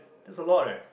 that's a lot leh